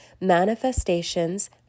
Manifestations